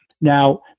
Now